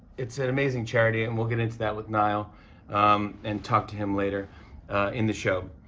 it's an amazing charity. and we'll get into that with niall and talk to him later in the show.